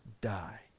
die